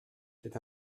c’est